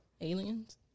Aliens